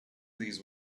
these